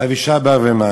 אבישי ברוורמן,